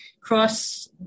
cross